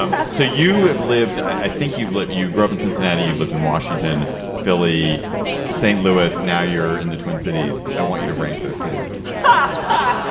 um you have lived i think you've lived. you grew up in cincinnati you've lived in washington philly st. st. lewis now you're in the twin cities. i want you to rank those cities. but